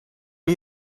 are